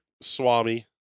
Swami